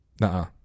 nah